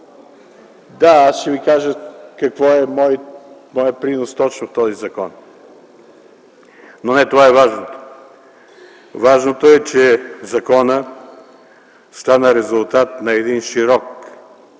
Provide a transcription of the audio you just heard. Да, аз ще ви кажа какъв е моят принос точно в този закон, но не това е важното. Важното е, че законът стана резултат на един широк